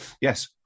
yes